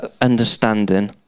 understanding